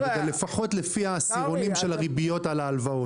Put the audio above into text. לפחות לפי העשירונים של הריביות על ההלוואות,